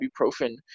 ibuprofen